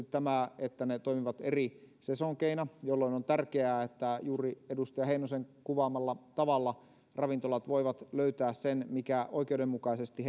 tämä että ne toimivat eri sesonkeina jolloin on tärkeää että juuri edustaja heinosen kuvaamalla tavalla ravintolat voivat löytää sen mikä oikeudenmukaisesti